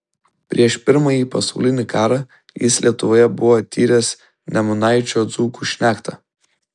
prieš pirmąjį pasaulinį karą jis lietuvoje buvo tyręs nemunaičio dzūkų šnektą